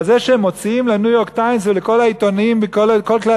אבל זה שהם מוציאים ל"ניו-יורק טיימס" ולכל העיתונים ולכל כלי